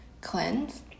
cleanse